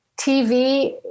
TV